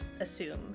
assume